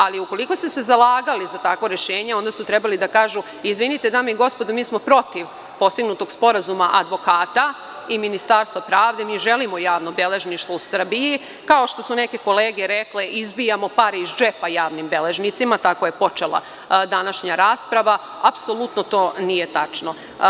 Ali, ukoliko su se zalagali za takvo rešenje, onda su trebali da kažu – izvinite, dame i gospodo, mi smo protiv postignutog sporazuma advokata i Ministarstva pravde, mi želimo javno beležništvo u Srbiji, kao što su neke kolege rekle - izbijamo pare iz džepa javnim beležnicima, tako je počela današnja rasprava, apsolutno to nije tačno.